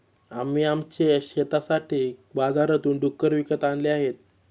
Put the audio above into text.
आम्ही आमच्या शेतासाठी बाजारातून डुक्कर विकत आणले आहेत